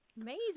Amazing